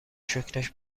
شکرش